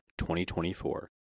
2024